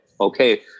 okay